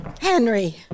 Henry